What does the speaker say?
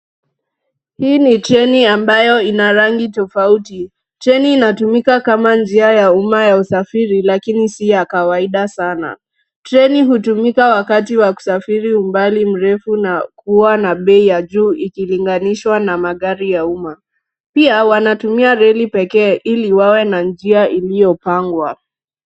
Hii ni treni ambayo ina rangi tofauti. Treni inatumika kama njia ya uma ya usafiri lakini si ya kawaida sana. Treni hutumika wakati wa kusafiri umbali mrefu na hua na bei ya juu ikilinganishwa na magari ya uma. Pia wanatumia reli pekee ili wawe na njia iliyopangwa.